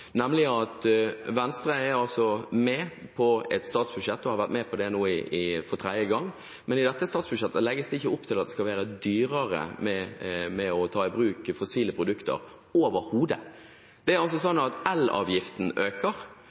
nemlig at Venstre er med på et statsbudsjett for tredje gang, men i dette statsbudsjettet legges det overhodet ikke opp til at det skal være dyrere å ta i bruk fossile produkter. Elavgiften økes, men bensin- og drivstoffavgiftene økes ikke. Det betyr at dette er det motsatte av det grønne skiftet, ved at